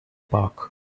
park